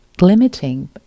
limiting